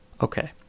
okay